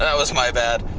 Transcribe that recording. ah was my bad.